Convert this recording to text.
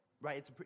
right